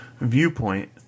viewpoint